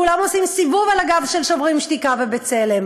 כולם עושים סיבוב על הגב של "שוברים שתיקה" ו"בצלם".